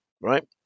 right